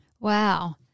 Wow